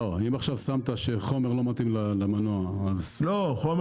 אם שמת חומר שלא מתאים למנוע --- חומר